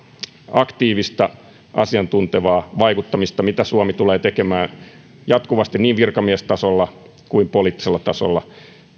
aktiivista asiantuntevaa vaikuttamista mitä suomi tulee tekemään jatkuvasti niin virkamiestasolla kuin poliittisella tasolla